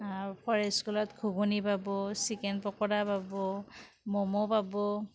আৰু ফৰেষ্ট স্কুলত ঘুগুনী পাব চিকেন পকোৰা পাব ম'ম' পাব